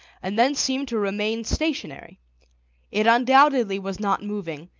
and then seemed to remain stationary it undoubtedly was not moving,